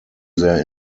sehr